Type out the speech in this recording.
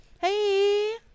Hey